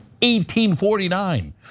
1849